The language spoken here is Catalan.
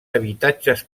habitatges